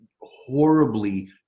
horribly